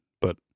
But-